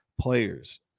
players